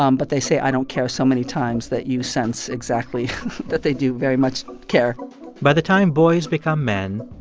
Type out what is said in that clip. um but they say i don't care so many times that you sense exactly that they do very much care by the time boys become men,